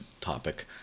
topic